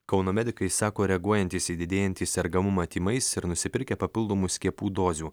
kauno medikai sako reaguojantys į didėjantį sergamumą tymais ir nusipirkę papildomų skiepų dozių